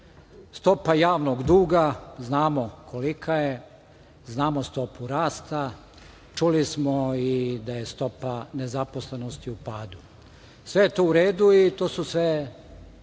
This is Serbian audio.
Stopa javnog duga - znamo kolika je, znamo stopu rasta, čuli smo i da je stopa nezaposlenosti u padu. Sve je to u redu i to su sve